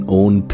own